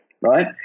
right